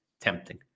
tempting